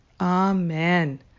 Amen